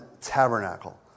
tabernacle